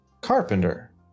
Carpenter